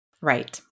Right